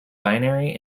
binary